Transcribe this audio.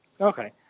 okay